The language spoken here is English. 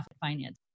finance